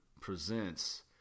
Presents